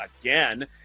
again